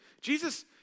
Jesus